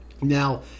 Now